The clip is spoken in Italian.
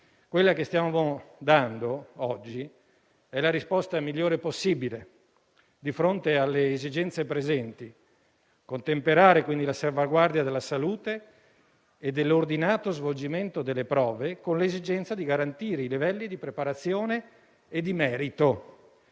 quella che stiamo dando oggi è la risposta migliore possibile di fronte alle esigenze presenti; contemperare quindi la salvaguardia della salute e dell'ordinato svolgimento delle prove con l'esigenza di garantire i livelli di preparazione e di merito.